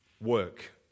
work